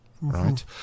right